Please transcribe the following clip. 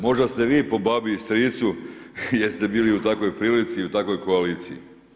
Možda ste vi po babi i stricu, jer ste bili u takvoj prilici, u takvoj koaliciji.